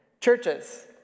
Churches